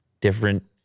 Different